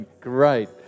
Great